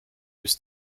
bis